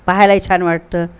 पाहायला ही छान वाटतं